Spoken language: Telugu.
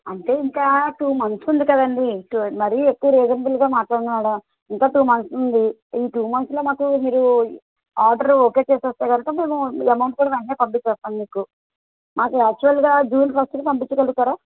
అంటే ఇంకా టూ మంత్స్ ఉంది కదండి మరి ఎక్కువ రిజనబుల్గా మాట్లాడండి మేడం ఇంకా టూ మంత్స్ ఉంది ఈ టూ మంత్స్లో మాకు మీరు ఆర్డర్ ఓకే చేస్తే కనుక మేము అమౌంట్ కూడా వెంటనే పంపిస్తాం మీకు మాకు యాక్చువల్గా జూన్ ఫస్ట్కి పంపిచగలుగుతారా